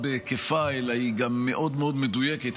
בהיקפה אלא היא גם מאוד מאוד מדויקת,